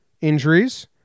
injuries